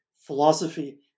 philosophy